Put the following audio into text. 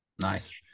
nice